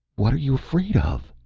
what are you afraid of?